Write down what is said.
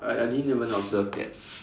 I I didn't even observe that